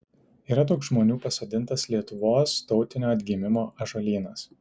yra toks žmonių pasodintas lietuvos tautinio atgimimo ąžuolynas